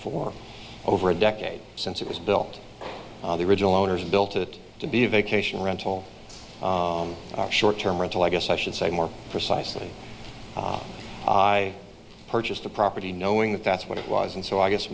for over a decade since it was built the original owners built it to be a vacation rental short term rental i guess i should say more precisely i purchased the property knowing that that's what it was and so i guess